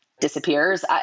disappears